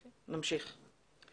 נמשיך.